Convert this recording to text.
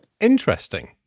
Interesting